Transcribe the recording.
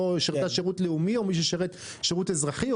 שירתה שירות לאומי או מי ששירת שירות אזרחי,